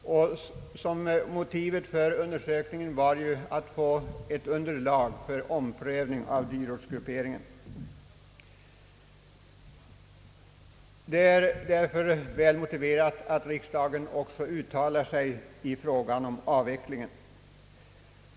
Önskemålet har varit att få ett underlag för omprövning av dyrortsgrupperingen. Därför är det väl motiverat att riksdagen också uttalar sig beträffande avvecklingen.